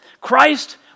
Christ